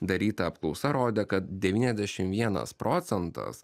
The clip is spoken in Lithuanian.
daryta apklausa rodė kad devyniasdešimt vienas procentas